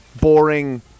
boring